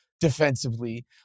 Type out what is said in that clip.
defensively